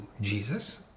Jesus